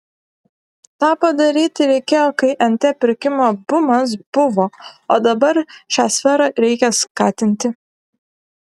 tą padaryti reikėjo kai nt pirkimo bumas buvo o dabar šią sferą reikia skatinti